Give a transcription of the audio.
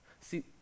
See